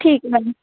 ਠੀਕ ਹੈ ਮੈਮ